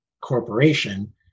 corporation